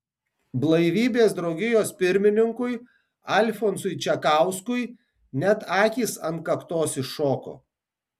blaivybės draugijos pirmininkui alfonsui čekauskui net akys ant kaktos iššoko